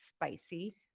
spicy